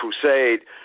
crusade